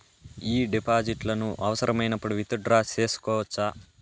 ఈ డిపాజిట్లను అవసరమైనప్పుడు విత్ డ్రా సేసుకోవచ్చా?